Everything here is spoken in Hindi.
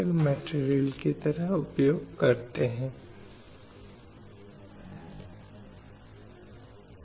काम की उचित और अनुकूल परिस्थितियों का अधिकार यातना या अन्य क्रूर या अमानवीय या अपमानजनक उपचार या सजा के अधीन नहीं होना चाहिए